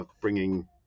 bringing